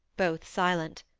both silent.